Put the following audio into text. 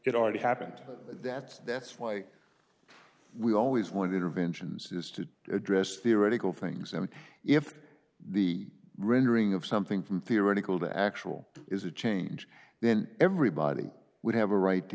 it already happened that's that's why we always want interventions is to address theoretical things and if the rendering of something from theoretical to actual is a change then everybody would have a right to